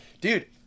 dude